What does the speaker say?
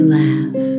laugh